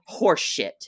horseshit